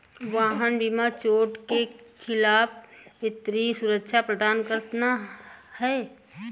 वाहन बीमा चोट के खिलाफ वित्तीय सुरक्षा प्रदान करना है